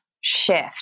shift